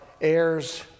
heirs